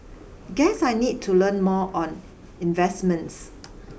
guess I need to learn more on investments